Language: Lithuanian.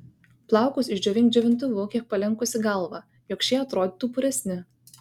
plaukus išdžiovink džiovintuvu kiek palenkusi galvą jog šie atrodytų puresni